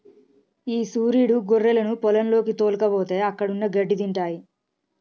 ఈ సురీడు గొర్రెలను పొలంలోకి తోల్కపోతే అక్కడున్న గడ్డి తింటాయి